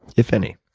if any?